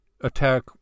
attack